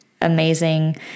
amazing